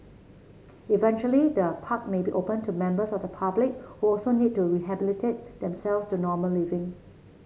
eventually the park may be open to members of the public who also need to rehabilitate themselves to normal living